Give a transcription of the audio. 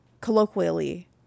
colloquially